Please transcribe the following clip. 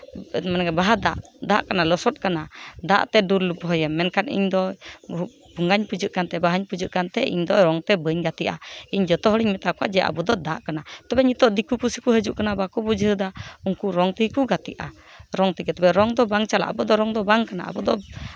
ᱢᱟᱱᱮ ᱵᱟᱦᱟ ᱫᱟᱜ ᱫᱟᱜ ᱠᱟᱱᱟ ᱞᱚᱥᱚᱫ ᱠᱟᱱᱟ ᱫᱟᱜ ᱛᱮ ᱫᱩᱞ ᱞᱩᱯᱷᱟᱹᱭᱮᱢ ᱢᱮᱱᱠᱷᱟᱱ ᱤᱧᱫᱚ ᱵᱚᱸᱜᱟᱧ ᱯᱩᱡᱟᱹᱜ ᱠᱟᱱᱛᱮ ᱵᱟᱦᱟᱧ ᱯᱩᱡᱟᱹᱜ ᱠᱟᱱᱛᱮ ᱤᱧᱫᱚ ᱨᱚᱝ ᱛᱮ ᱵᱟᱹᱧ ᱜᱟᱛᱮᱜᱼᱟ ᱤᱧ ᱡᱚᱛᱚ ᱦᱚᱲᱤᱧ ᱢᱮᱛᱟ ᱠᱚᱣᱟ ᱡᱮ ᱟᱵᱚ ᱫᱚ ᱫᱟᱜ ᱠᱟᱱᱟ ᱛᱚᱵᱮ ᱱᱤᱛᱚᱜ ᱫᱤᱠᱩ ᱯᱩᱥᱤ ᱠᱚ ᱦᱤᱡᱩᱜ ᱠᱟᱱᱟ ᱵᱟᱠᱚ ᱵᱩᱡᱷᱟᱹᱣ ᱮᱫᱟ ᱩᱱᱠᱩ ᱨᱚᱝ ᱛᱮᱜᱮ ᱠᱚ ᱜᱟᱛᱮᱜᱼᱟ ᱨᱚᱝ ᱛᱮᱜᱮ ᱛᱚᱵᱮ ᱨᱚᱝ ᱫᱚ ᱵᱟᱝ ᱪᱟᱞᱟᱜᱼᱟ ᱟᱵᱚᱣᱟᱜ ᱫᱚ ᱨᱚᱝ ᱫᱚ ᱵᱟᱝ ᱠᱟᱱᱟ ᱟᱵᱚ ᱫᱚ